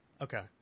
Okay